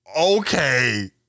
Okay